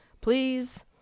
Please